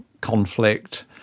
conflict